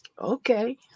Okay